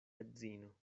edzino